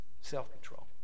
self-control